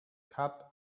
cup